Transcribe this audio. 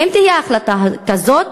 ואם תהיה החלטה כזאת,